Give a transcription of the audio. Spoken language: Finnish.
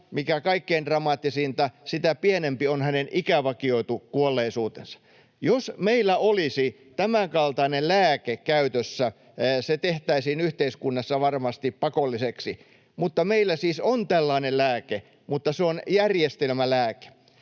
mikä kaikkein dramaattisinta, sitä pienempi on hänen ikävakioitu kuolleisuutensa. Jos meillä olisi tämänkaltainen lääke käytössä, se tehtäisiin yhteiskunnassa varmasti pakolliseksi. Mutta meillä siis on tällainen lääke, mutta se on järjestelmälääke.